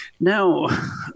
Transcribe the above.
Now